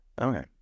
okay